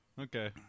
Okay